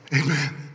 Amen